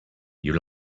you